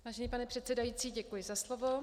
Vážený pane předsedající, děkuji za slovo.